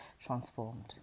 transformed